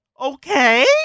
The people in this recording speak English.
Okay